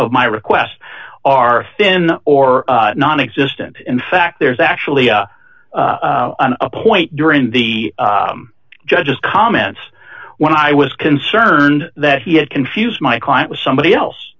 of my request are thin or non existent in fact there's actually a point during the judge's comments when i was concerned that he had confused my client was somebody else